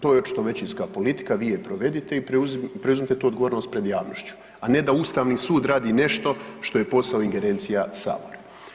To je očito većinska politika, vi je provedite i preuzmite tu odgovornost pred javnošću, a ne da ustavni sud radi nešto što je posao i ingerencija Sabora.